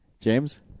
James